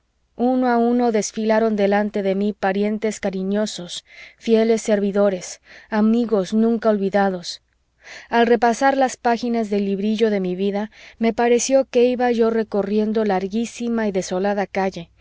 uno a uno desfilaron delante de mí parientes cariñosos fieles servidores amigos nunca olvidados al repasar las páginas del librillo de mi vida me pareció que iba yo recorriendo larguísima y desolada calle